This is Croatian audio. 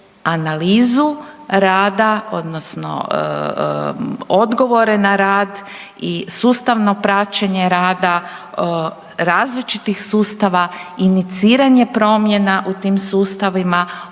analizu rada odnosno odgovore na rad i sustavno praćenje rada različitih sustava, iniciranje promjena u tim sustavima